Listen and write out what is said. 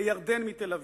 לירדן מתל-אביב,